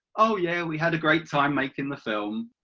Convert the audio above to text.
oh yeah, we had a great time making the film.